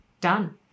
done